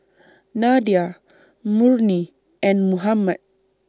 Nadia Murni and Muhammad